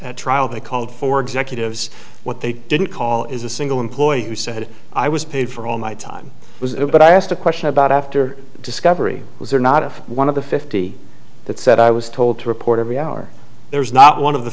trial they called for executives what they didn't call is a single employee who said i was paid for all my time was it what i asked a question about after discovery was there not a one of the fifty that said i was told to report every hour there was not one of the